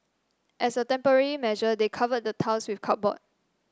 as a temporary measure they covered the tiles with cardboard